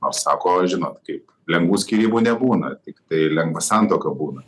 ar sako žinot kaip lengvų skyrybų nebūna tiktai lengva santuoka būna